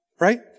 right